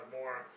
more